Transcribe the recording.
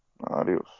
Adios